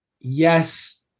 yes